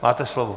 Máte slovo.